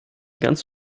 ganz